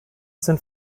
sind